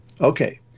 Okay